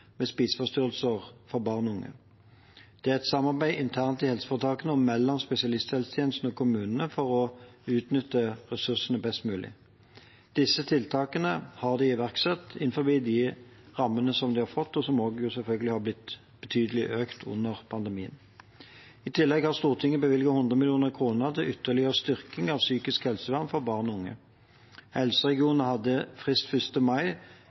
spiseforstyrrelser hos barn og unge. Det er et samarbeid internt i helseforetakene og mellom spesialisthelsetjenesten og kommunene for å utnytte ressursene best mulig. Disse tiltakene har de iverksatt innenfor de rammene som de har fått, og som også selvfølgelig er blitt betydelig økt under pandemien. I tillegg har Stortinget bevilget 100 mill. kr til ytterligere styrking av psykisk helsevern for barn og unge. Helseregionene hadde frist til 1. mai